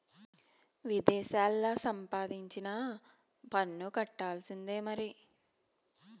విదేశాల్లా సంపాదించినా పన్ను కట్టాల్సిందే మరి